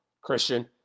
Christian